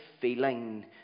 feeling